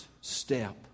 step